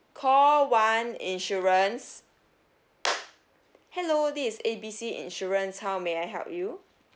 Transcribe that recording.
call one insurance hello this is A B C insurance how may I help you